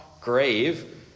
grave